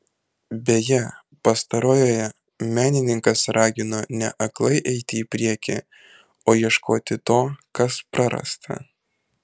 beje pastarojoje menininkas ragino ne aklai eiti į priekį o ieškoti to kas prarasta